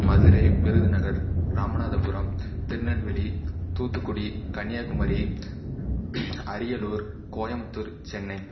Madurai Virudhunagar Ramanathapuram Tirunelveli Thoothukudi Kanyakumari Ariyalur Coimbatore Chennai